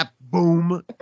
boom